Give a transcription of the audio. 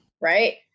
right